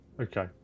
Okay